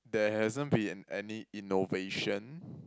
there hasn't been any innovation